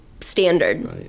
standard